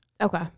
Okay